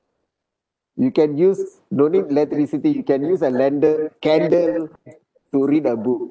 you can use no need electricity you can use a lender candle to read a book